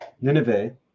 Nineveh